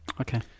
Okay